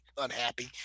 unhappy